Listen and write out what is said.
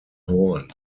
horn